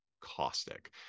caustic